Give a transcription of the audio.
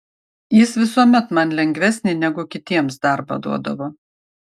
jis visuomet man lengvesnį negu kitiems darbą duodavo